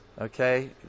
okay